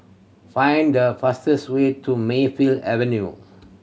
find the fastest way to Mayfield Avenue